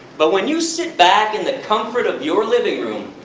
but when you sit back in the comfort of your living room,